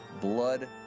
Blood